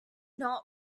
not